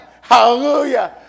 Hallelujah